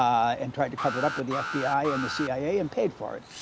um and tried to cover it up with the fbi and the cia, and paid for it.